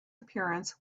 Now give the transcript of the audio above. appearance